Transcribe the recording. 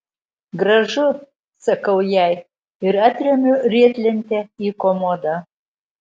gražu sakau jai ir atremiu riedlentę į komodą